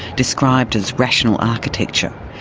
described as rational architecture.